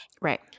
Right